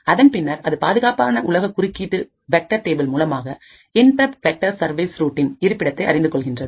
அதன் பின்னர் அது பாதுகாப்பு உலக குறுக்கீடு வெக்டர்டேபிள் மூலமாக இன்ரப்ட் வெக்டர் சர்வீஸ் ரூடின் இருப்பிடத்தை அறிந்து கொள்கின்றது